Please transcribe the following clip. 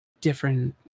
different